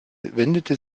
wendete